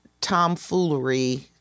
tomfoolery